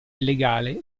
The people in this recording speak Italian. illegale